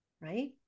right